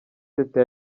teta